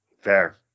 fair